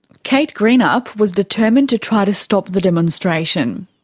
kate greenup was determined to try to stop the demonstration.